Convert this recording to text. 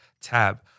tab